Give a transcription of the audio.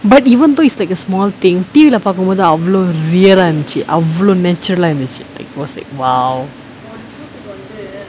but even though it's like a small thing T_V lah பாக்கும் போது அவளோ:paakum pothu avalo real ah இருந்துச்சு அவளோ:irunthuchu avalo natural ah இருந்துச்சு:irunthuchu like was like !wow!